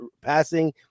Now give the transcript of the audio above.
passing